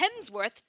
Hemsworth